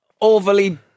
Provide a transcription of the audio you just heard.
overly